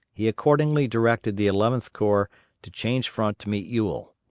he accordingly directed the eleventh corps to change front to meet ewell.